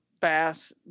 bass